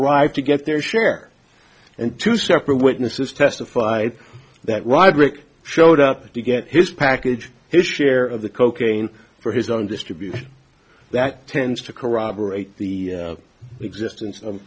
arrived to get their share and two separate witnesses testified that roderick showed up to get his package his share of the cocaine for his own distribution that tends to corroborate the existence